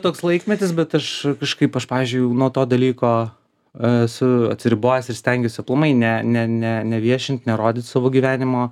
toks laikmetis bet aš kažkaip aš pavyzdžiui jau nuo to dalyko esu atsiribojęs ir stengiuosi aplamai ne ne ne neviešint nerodyt savo gyvenimo